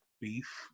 beef